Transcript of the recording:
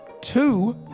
two